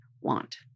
want